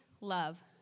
love